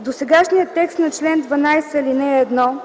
досегашния текст на чл. 12, ал. 1